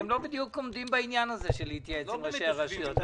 הם לא באמת עומדים בעניין הזה של התייעצויות עם ראשי הרשויות.